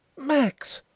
max!